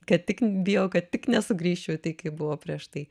kad tik bijojau kad tik nesugrįščiau į tai kaip buvo prieš tai